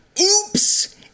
Oops